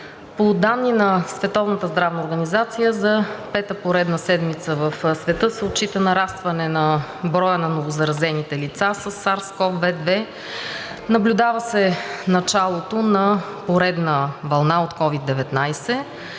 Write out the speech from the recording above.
организация за пета поредна седмица в света се отчита нарастване на броя на новозаразените лица със SARS-CoV-2. Наблюдава се началото на поредна вълна от COVID- 19,